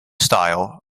style